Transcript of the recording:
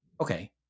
Okay